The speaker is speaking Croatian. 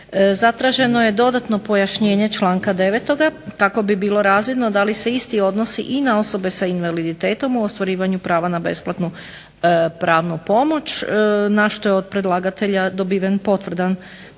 Zatraženo je dodatno pojašnjenje članka 9. kako bi bilo razvidno da li se isti odnosi i na osobe sa invaliditetom u ostvarivanju prava na besplatnu pravnu pomoć na što je od predlagatelja dobiven potvrdan odgovor